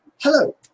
Hello